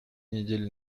недели